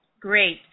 Great